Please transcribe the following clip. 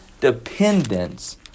dependence